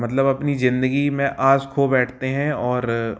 मतलब अपनी जिंदगी में आस खो बैठते हैं और